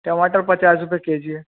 टमाटर पचास रुपये केजी है